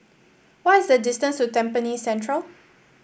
what is the distance to Tampines Central